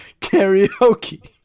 karaoke